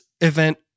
event